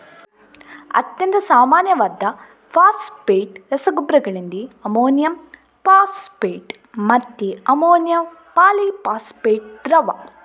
ಅತ್ಯಂತ ಸಾಮಾನ್ಯವಾದ ಫಾಸ್ಫೇಟ್ ರಸಗೊಬ್ಬರಗಳೆಂದರೆ ಅಮೋನಿಯಂ ಫಾಸ್ಫೇಟ್ ಮತ್ತೆ ಅಮೋನಿಯಂ ಪಾಲಿ ಫಾಸ್ಫೇಟ್ ದ್ರವ